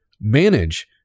manage